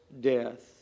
death